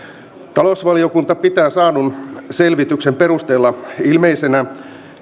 talousvaliokunta pitää saadun selvityksen perusteella ilmeisenä